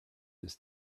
his